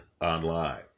online